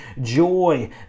joy